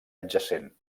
adjacent